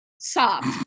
Soft